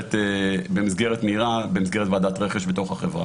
במסגרת ועדת רכש בתוך החברה.